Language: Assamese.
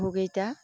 বহুকেইটা